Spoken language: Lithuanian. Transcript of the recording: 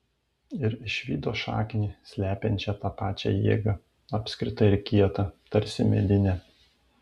ir išvydo šaknį slepiančią tą pačią jėgą apskritą ir kietą tarsi medinę